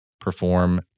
perform